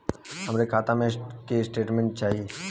हमरे खाता के स्टेटमेंट चाही?